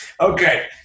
Okay